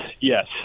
yes